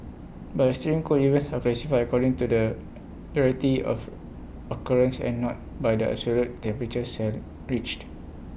but extreme cold events are classified according to the rarity of occurrence and not by the absolute temperature sale reached